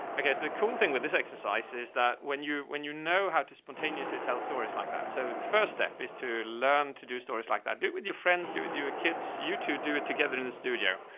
okay. so the cool thing with this exercise is that when you, when you know how to spontaneously tell story stories like that. so the first step is to learn to do stories like that. do it with your friends, do with your kids, you to do it together in the studio.